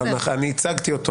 אבל אני ייצגתי אותו